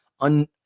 un-